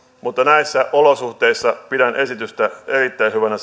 mutta näissä olosuhteissa pidän esitystä erittäin hyvänä